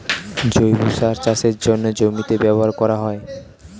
জৈব সার চাষের জন্যে জমিতে ব্যবহার করা হয়